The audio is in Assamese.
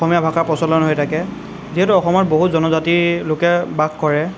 অসমীয়া ভাষা প্ৰচলন হৈ থাকে যিহেতু অসমত বহুত জনজাতিৰ লোকে বাস কৰে